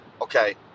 okay